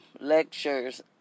lectures